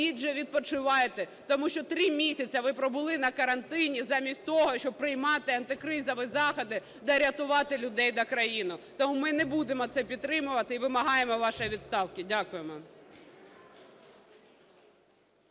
вже відпочивайте. Тому що 3 місяці ви пробули на карантині замість того, щоб приймати антикризові заходи та рятувати людей та країни. Тому ми не будемо це підтримувати і вимагаємо вашої відставки. Дякуємо.